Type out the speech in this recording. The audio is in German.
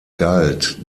galt